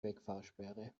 wegfahrsperre